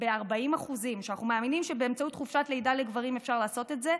ב-40% ואנחנו מאמינים שבאמצעות חופשת לידה לגברים אפשר לעשות את זה,